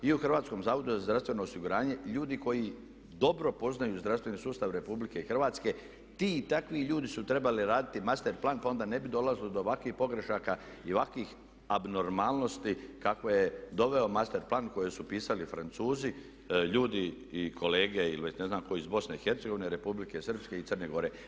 I u Hrvatskom zavodu za zdravstveno osiguranje ljudi koji dobro poznaju zdravstveni sustav Republike Hrvatske ti i takvi ljudi su trebali raditi master plan pa onda ne bi dolazilo do ovakvih pogrešaka i ovakvih abnormalnosti kakve je doveo master plan koje su pisali Francuzi, ljudi i kolege ili već ne znam tko iz Bosne i Hercegovine, Republike Srpske i Crne Gore.